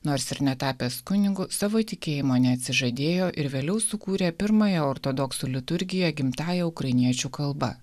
nors ir netapęs kunigu savo tikėjimo neatsižadėjo ir vėliau sukūrė pirmąją ortodoksų liturgiją gimtąja ukrainiečių kalba